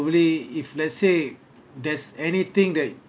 probably if let's say there's anything that